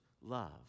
love